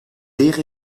zeer